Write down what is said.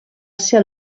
ser